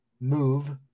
move